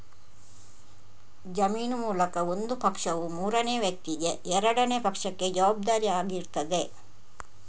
ಜಾಮೀನು ಮೂಲಕ ಒಂದು ಪಕ್ಷವು ಮೂರನೇ ವ್ಯಕ್ತಿಗೆ ಎರಡನೇ ಪಕ್ಷಕ್ಕೆ ಜವಾಬ್ದಾರಿ ಆಗಿರ್ತದೆ